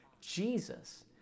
Jesus